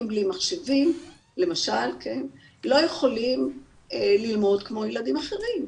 בלי מחשבים למשל לא יכולים ללמוד כמו ילדים אחרים.